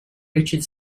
richard